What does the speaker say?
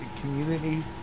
community